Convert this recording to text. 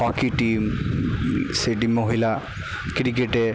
hockey team সেটি মহিলা ক্রিকেটে